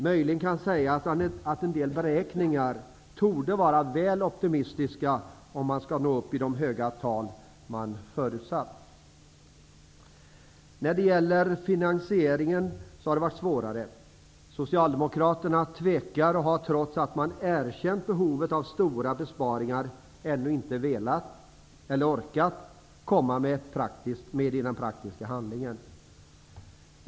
Möjligen kan man säga att en del beräkningar torde vara väl optimistiska om man skall nå upp i de höga tal som förutsatts. När det gäller finansieringen har det varit svårare. Socialdemokraterna tvekar och har trots att man erkänt behovet av stora besparingar ännu inte velat -- eller orkat -- komma med i praktisk handling.